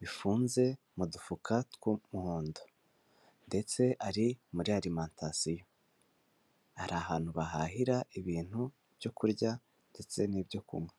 bifunze mu dufuka tw'umuhondo, ndetse ari muri arimantasiyothari, ahantu bahahira ibintu byo kurya ndetse n'ibyo kunywa.